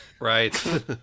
Right